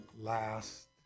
last